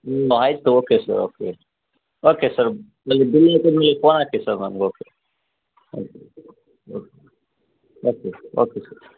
ಹ್ಞೂ ಆಯ್ತು okay sir okay okay sir phone ಹಾಕಿ ಸರ್ ನಮ್ಗೆ ಓಕೆ ಆಯ್ತು ಆಯಿತು okay okay sir okay sir